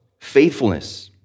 faithfulness